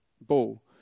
ball